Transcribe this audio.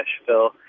Nashville